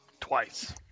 Twice